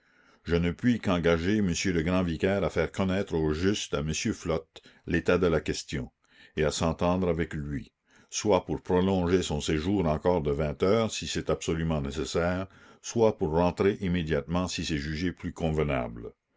je ne puis qu'engager m le grand vicaire à faire connaître au juste à m flotte l'état de la question et à s'entendre avec lui soit pour prolonger son séjour encore de vingt heures si c'est absolument nécessaire soit pour rentrer immédiatement si c'est jugé plus convenable